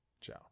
Ciao